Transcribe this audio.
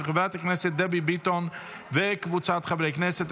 של חברת הכנסת דבי ביטון וקבוצת חברי הכנסת.